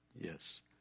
Yes